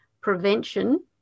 prevention